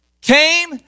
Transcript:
came